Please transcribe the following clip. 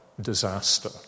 disaster